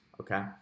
okay